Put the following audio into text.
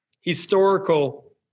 historical